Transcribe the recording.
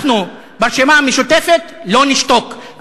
אנחנו ברשימה המשותפת לא נשתוק.